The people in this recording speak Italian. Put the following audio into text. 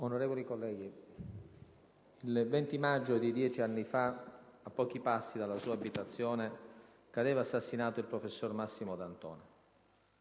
Onorevoli colleghi, il 20 maggio di 10 anni fa, a pochi passi dalla sua abitazione, cadeva assassinato il professor Massimo D'Antona.